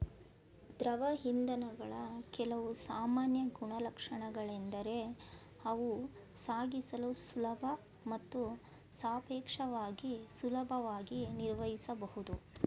ದ್ರವ ಇಂಧನಗಳ ಕೆಲವು ಸಾಮಾನ್ಯ ಗುಣಲಕ್ಷಣಗಳೆಂದರೆ ಅವು ಸಾಗಿಸಲು ಸುಲಭ ಮತ್ತು ಸಾಪೇಕ್ಷವಾಗಿ ಸುಲಭವಾಗಿ ನಿರ್ವಹಿಸಬಹುದು